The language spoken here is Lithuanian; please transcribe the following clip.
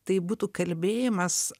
tai būtų kalbėjimas